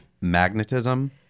Magnetism